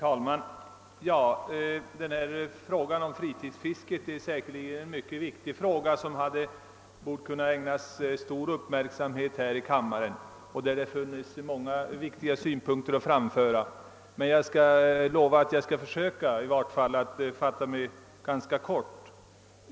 Herr talman! Frågan om fritidsfisket är säkerligen mycket väsentlig och borde ha kunnat ägnas stor uppmärksamhet här i kammaren. Det finns många viktiga synpunkter att framföra, men jag skall försöka fatta mig kort.